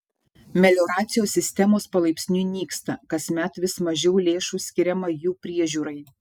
melioracijos sistemos palaipsniui nyksta kasmet vis mažiau lėšų skiriama jų priežiūrai